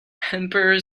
emperor